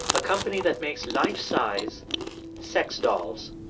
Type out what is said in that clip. a company that makes life-size sex dolls.